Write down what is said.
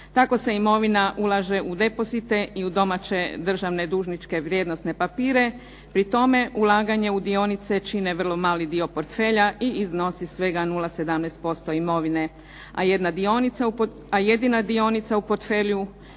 Tako se imovina ulaže u depozite i u domaće državne dužničke vrijednosne papire. Pri tome ulaganja u dionice čine vrlo mali dio portfelja i iznosi svega 0,17% imovine, a jedina dionica u portfelju